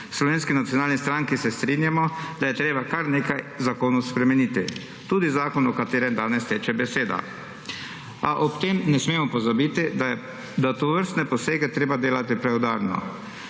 Slovenski nacionalni stranki se strinjamo, da je treba kar nekaj zakonov spremeniti. Tudi zakon, o katerem danes teče beseda. A ob tem ne smemo pozabiti, da je tovrstne posege treba delati preudarno.